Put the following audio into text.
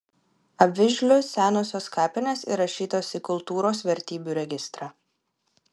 avižlių senosios kapinės įrašytos į kultūros vertybių registrą